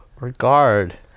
Regard